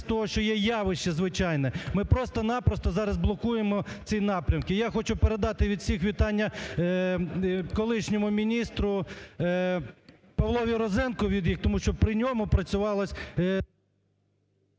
того, що є явище звичайне, ми просто-напросто зараз блокуємо ці напрямки. Я хочу передати від всіх вітання колишньому міністру Павлові Розенкові, тому що при ньому працювалося…